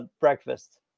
breakfast